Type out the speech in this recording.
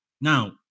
Now